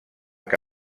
que